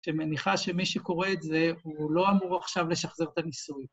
שמניחה שמי שקורא את זה הוא לא אמור עכשיו לשחזר את הניסוי.